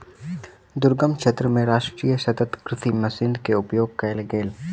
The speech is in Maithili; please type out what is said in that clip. दुर्गम क्षेत्र मे राष्ट्रीय सतत कृषि मिशन के उपयोग कयल गेल